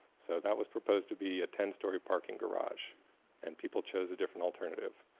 so that was proposed to be a ten story parking garage and people chose a different alternative.